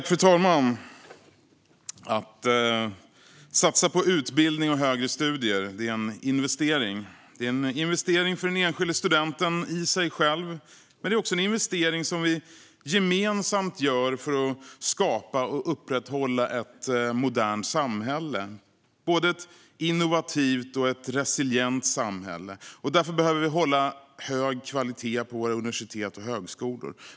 Fru talman! Att satsa på utbildning och högre studier är en investering. Det är en investering som den enskilda studenten gör i sig själv. Men det är också en investering som vi gemensamt gör för att skapa och upprätthålla ett modernt samhälle, ett både innovativt och resilient samhälle. Därför behöver vi hålla hög kvalitet på våra universitet och högskolor.